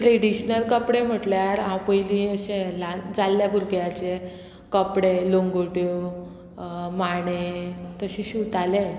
traditional कपडे म्हटल्यार हांव पयलीं अशें जाल्ले भुरग्याचे कपडे लोंगुट्यो माणे तशें शिवताले